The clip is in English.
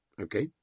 Okay